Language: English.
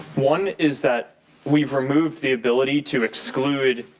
one is that we've removed the ability to exclude